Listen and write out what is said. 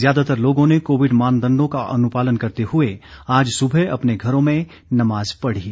ज्यादातर लोगों ने कोविड मानदंडों का अनुपालन करते हुए आज सुबह अपने घरों में नमाज पढ़ी